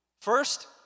first